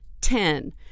Ten